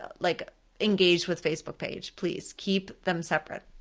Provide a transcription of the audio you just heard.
ah like engaged with facebook page, please keep them separate.